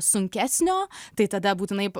sunkesnio tai tada būtinai